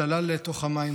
צלל לתוך המים,